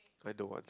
I don't want